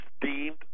deemed